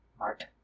art